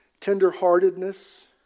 tenderheartedness